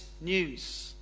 news